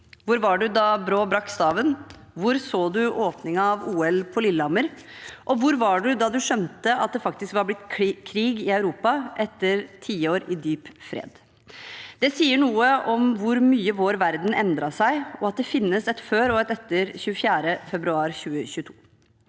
hvor du var da Brå brakk staven, hvor du så åpningen av OL på Lillehammer, og hvor du var da du skjønte at det faktisk var blitt krig i Europa etter tiår i dyp fred. Det sier noe om hvor mye vår verden har endret seg, og at det finnes et før og et etter 24. februar 2022.